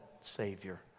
savior